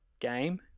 game